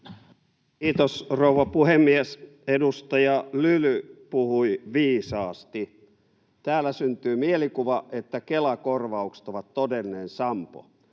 Kiitos, rouva puhemies! Edustaja Lyly puhui viisaasti. Täällä syntyy mielikuva, että Kela-korvaukset ovat todellinen sampo.